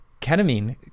ketamine